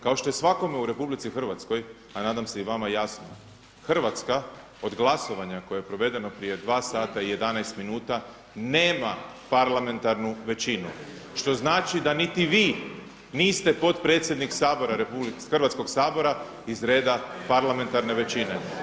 Kao što je svakome u Republici Hrvatskoj a nadam se i vama jasno, Hrvatska od glasovanja koje je provedeno prije 2 sata i 11 minuta nema parlamentarnu većinu što znači da niti vi niste potpredsjednik Hrvatskog sabora iz reda parlamentarne većine.